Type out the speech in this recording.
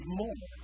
more